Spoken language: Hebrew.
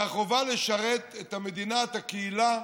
והחובה לשרת את המדינה, את הקהילה,